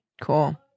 Cool